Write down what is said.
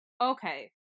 Okay